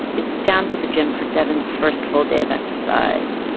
it's down to the gym for devyn's first full day of exercise.